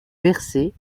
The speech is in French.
versé